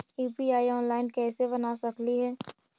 UPI online कैसे बना सकली हे?